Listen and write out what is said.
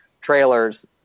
trailers